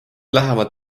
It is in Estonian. lähevad